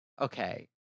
Okay